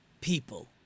people